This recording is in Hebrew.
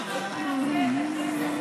גם ההצעה שלי חלה מהכנסת ה-22.